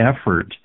effort